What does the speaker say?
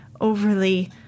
overly